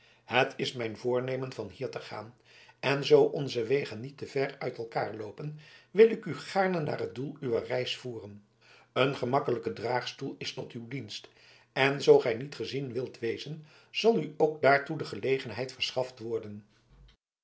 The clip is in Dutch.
het is mijn voornemen van hier te gaan en zoo onze wegen niet te ver uit elkaar loopen wil ik u gaarne naar het doel uwer reis voeren een gemakkelijke draagstoel is tot uw dienst en zoo gij niet gezien wilt wezen zal u ook daartoe de gelegenheid verschaft worden